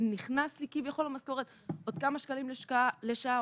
נכנסים לי כביכול למשכורת עוד כמה שקלים לשעה,